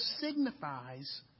signifies